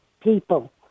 people